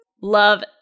Love